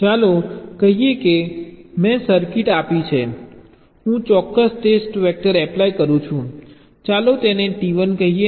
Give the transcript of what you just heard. ચાલો કહીએ કે મેં સર્કિટ આપી છે હું ચોક્કસ ટેસ્ટ વેક્ટર એપ્લાય કરું છું ચાલો તેને Ti કહીએ